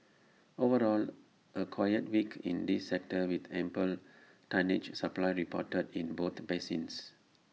overall A quiet week in this sector with ample tonnage supply reported in both basins